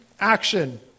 action